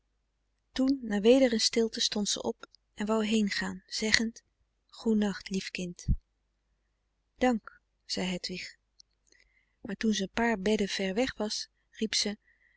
na weder een stilte stond ze op en wou heengaan zeggend goenacht lief kind dank zei hedwig maar toen ze een paar bedden ver weg was